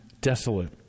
desolate